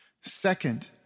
Second